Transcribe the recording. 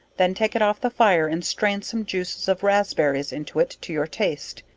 then take it off the fire and strain some juices of raspberries into it to your taste,